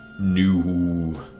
New